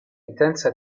intensa